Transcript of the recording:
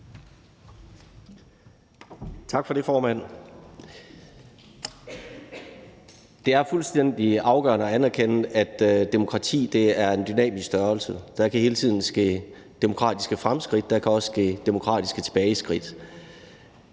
Tak for det, formand. Det er fuldstændig afgørende at anerkende, at demokrati er en dynamisk størrelse. Der kan hele tiden ske demokratiske fremskridt, og der kan også ske demokratiske tilbageskridt.